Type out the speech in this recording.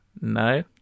No